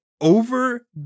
over